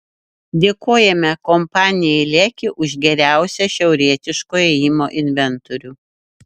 dėkojame kompanijai leki už geriausią šiaurietiškojo ėjimo inventorių